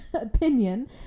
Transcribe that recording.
opinion